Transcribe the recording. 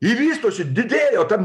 ji vystosi didėja o ten